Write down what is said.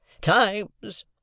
Times